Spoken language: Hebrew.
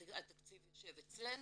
התקציב יושב אצלנו.